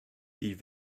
die